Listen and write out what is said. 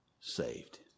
saved